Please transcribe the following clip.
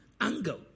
angle